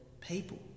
people